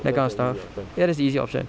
that kind of stuff ya that's the easy option